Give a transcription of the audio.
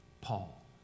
Paul